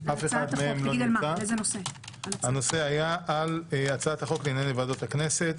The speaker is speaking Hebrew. על הצעת חוק לעניין ועדות הכנסת,